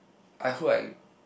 I hope I